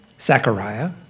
Zechariah